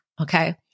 Okay